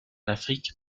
afrique